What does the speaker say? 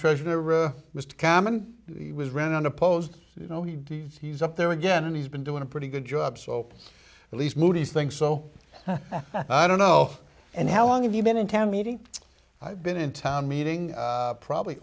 treasurer mr cameron was run unopposed you know he's up there again and he's been doing a pretty good job so at least moody's thinks so i don't know and how long have you been in town meeting i've been in town meeting probably